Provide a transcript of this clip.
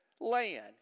land